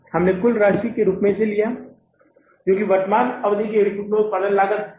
हमने इसे कुल राशि के रूप में लिया है जो कि वर्तमान अवधि के उत्पादन की लागत 2155000 है